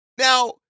Now